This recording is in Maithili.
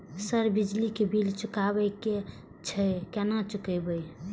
सर बिजली बील चुकाबे की छे केना चुकेबे?